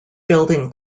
building